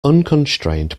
unconstrained